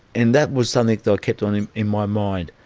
and that was something that i kept on in in my mind,